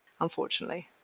unfortunately